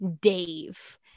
dave